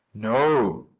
no.